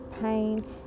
pain